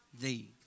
thee